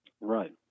Right